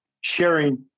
sharing